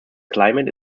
climate